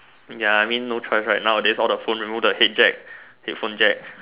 ya I mean no choice right nowadays all the phone remove the head Jack headphone Jack